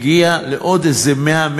מגיע לעוד איזה 100,